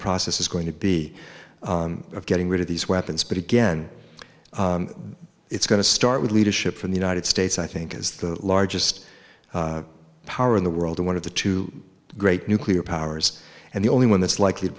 process is going to be of getting rid of these weapons but again it's going to start with leadership from the united states i think is the largest power in the world one of the two great nuclear powers and the only one that's likely to